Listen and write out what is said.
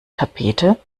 tapete